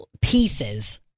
Pieces